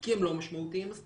כי הם לא משמעותיים מספיק.